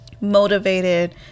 motivated